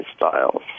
lifestyles